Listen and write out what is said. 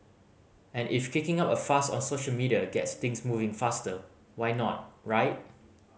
and if kicking up a fuss on social media gets things moving faster why not right